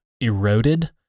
eroded